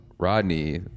rodney